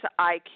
IQ